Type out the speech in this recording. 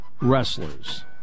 wrestlers